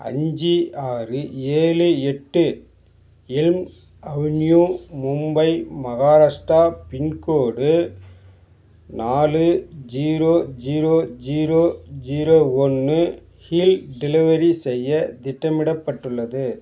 அஞ்சு ஆறு ஏழு எட்டு Elm Avenue Mumbai Maharashtra pincode நாலு ஜீரோ ஜீரோ ஜீரோ ஜீரோ ஒன்று இல் டெலிவரி செய்ய திட்டமிடப்பட்டுள்ளது